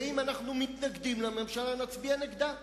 ואם אנחנו מתנגדים לממשלה, נצביע נגדה.